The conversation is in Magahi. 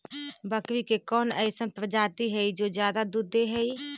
बकरी के कौन अइसन प्रजाति हई जो ज्यादा दूध दे हई?